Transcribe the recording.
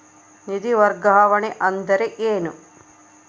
ನಿಧಿ ವರ್ಗಾವಣೆ ಅಂದರೆ ಏನು?